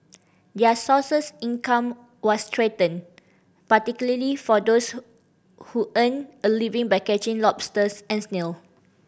their sources income were threatened particularly for those who earn a living by catching lobsters and snail